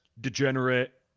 degenerate